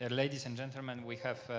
and ladies and gentlemen, we have